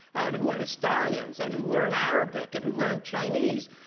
and who are historians and who learn arabic and who learn chinese,